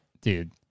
Dude